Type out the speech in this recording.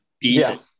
decent